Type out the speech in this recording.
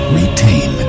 retain